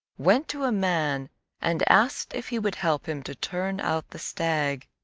went to a man and asked if he would help him to turn out the stag.